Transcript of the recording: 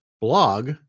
blog